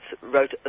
wrote